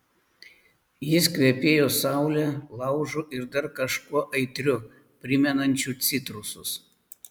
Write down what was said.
jis kvepėjo saule laužu ir dar kažkuo aitriu primenančiu citrusus